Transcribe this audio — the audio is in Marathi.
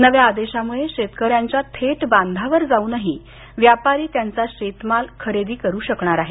नव्या आदेशामुळे शेतकऱ्यांच्या थेट बांधावर जाऊनही व्यापारी त्यांचा शेतमाल खरेदी करू शकणार आहेत